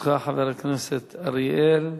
לרשותך, חבר הכנסת אריאל,